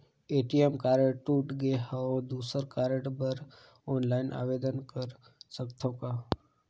ATM card टूट गे हववं दुसर कारड बर ऑनलाइन आवेदन कर सकथव का?